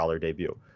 debut